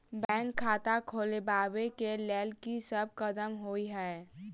Bank खाता खोलबाबै केँ लेल की सब कदम होइ हय?